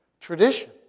Tradition